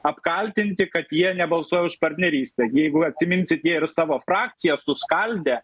apkaltinti kad jie nebalsuoja už partnerystę jeigu atsiminsit jie ir savo frakciją suskaldė